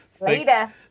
Later